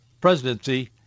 presidency